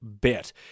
bit